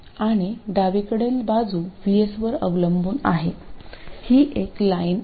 आणि डावीकडील बाजू VSवर अवलंबून आहे ही एक लाईन आहे